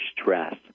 stress